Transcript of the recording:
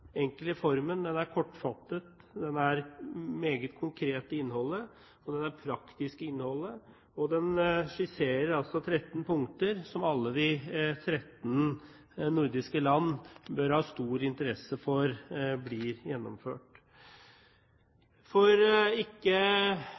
innholdet, og den skisserer altså 13 punkter som alle nordiske land bør ha stor interesse av blir gjennomført.